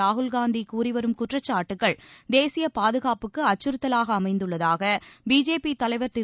ராகுல் காந்தி கூறி வரும் குற்றச்சாட்டுக்கள் தேசிய பாதுகாப்புக்கு அச்சுறுத்தவாக அமைந்துள்ளதாக பிஜேபி தலைவர் திரு